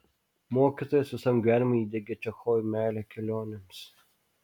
mokytojas visam gyvenimui įdiegė čechovui meilę kelionėms